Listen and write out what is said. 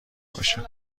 باشد